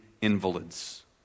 invalids